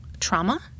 trauma